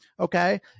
Okay